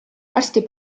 arsti